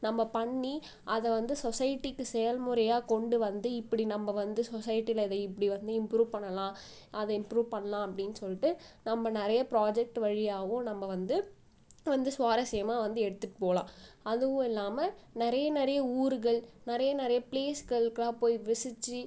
நம்ம பண்ணி அதை வந்து சொஸைட்டிக்கு செயல்முறையாக கொண்டு வந்து இப்படி நம்ம வந்து சொஸைட்டியில் அதை இப்படி வந்து இம்ப்ரூவ் பண்ணலாம் அதை இம்ப்ரூவ் பண்ணலாம் அப்படின்னு சொல்லிட்டு நம்ம நிறைய ப்ராஜெக்ட்டு வழியாகவும் நம்ம வந்து வந்து சுவாரஸ்யமாக வந்து எடுத்துகிட்டு போகலாம் அதுவும் இல்லாமல் நிறைய நிறைய ஊர்கள் நிறைய நிறைய ப்ளேஸ்களுக்குலாம் போய் விசிட்